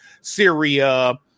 Syria